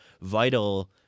vital